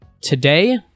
Today